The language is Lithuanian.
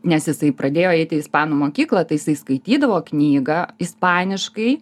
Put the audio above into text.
nes jisai pradėjo eiti į ispanų mokyklą taisai skaitydavo knygą ispaniškai